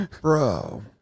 bro